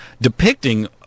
depicting